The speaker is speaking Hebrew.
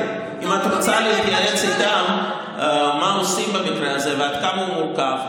אם את רוצה להתייעץ איתם על מה עושים במקרה הזה ועד כמה הוא מורכב,